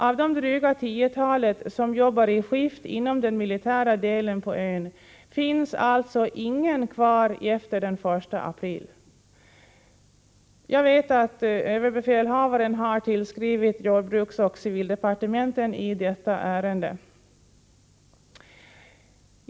Av det dryga tiotal som jobbar i skift inom den militära delen på ön finns alltså ingen kvar efter den 1 april. Jag vet att överbefälhavaren har tillskrivit jordbruksoch civildepartementen i detta ärende.